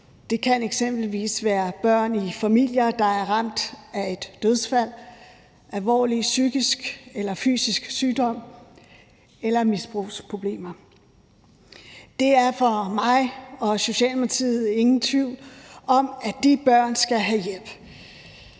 Det kan eksempelvis være børn i familier, der er ramt af et dødsfald, alvorlig psykisk eller fysisk sygdom eller misbrugsproblemer. Der er for mig og Socialdemokratiet ingen tvivl om, at de børn skal have hjælp.